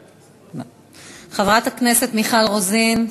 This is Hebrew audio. חברת הכנסת מיכל רוזין,